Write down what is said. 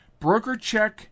BrokerCheck